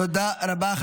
תודה רבה.